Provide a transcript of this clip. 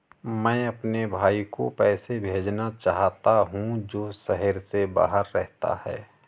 मैं अपने भाई को पैसे भेजना चाहता हूँ जो शहर से बाहर रहता है